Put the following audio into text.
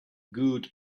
good